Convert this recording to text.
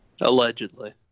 Allegedly